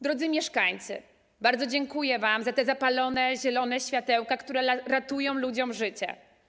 Drodzy mieszkańcy, bardzo dziękuję wam za te zapalone zielone światełka, które ratują ludziom życie.